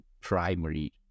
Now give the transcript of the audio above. primary